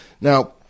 now